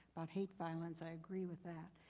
on hate violence, i agree with that.